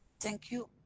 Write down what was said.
thank you.